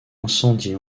incendié